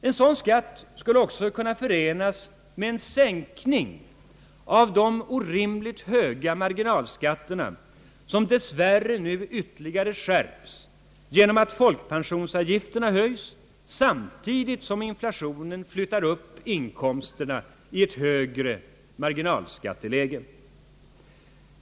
En sådan skatt skulle också kunna förenas med en sänkning av de orimligt höga marginalskatterna, som dessvärre nu ytterligare skärps genom att folkpensionsavgifterna höjs samtidigt som inflationen flyttar upp inkomsterna i ett högre marginalskatteläge.